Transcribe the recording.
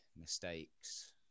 mistakes